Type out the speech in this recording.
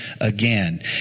again